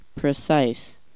precise